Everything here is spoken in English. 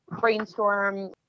brainstorm